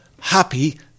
Happy